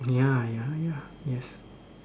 ya ya ya yes